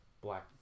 black